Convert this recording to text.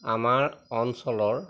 আমাৰ অঞ্চলৰ